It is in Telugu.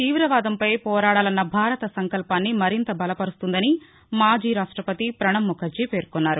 తీవవాదంపై పోరాడాలన్న భారత నంకల్పాన్ని మరింత బలవరుస్తుందని మాజీ రాష్టవతి పణబ్ ముఖర్జీ పేర్కొన్నారు